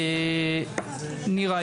נירה,